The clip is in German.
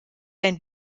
ein